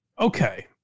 Okay